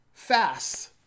fast